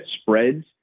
spreads